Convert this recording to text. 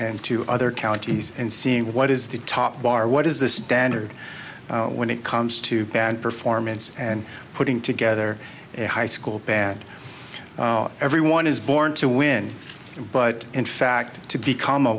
and to other counties and seeing what is the top bar what is the standard when it comes to band performance and putting together a high school band everyone is born to win but in fact to become a